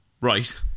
Right